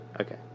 Okay